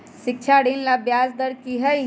शिक्षा ऋण ला ब्याज दर कि हई?